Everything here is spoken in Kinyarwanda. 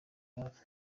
hafi